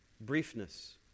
briefness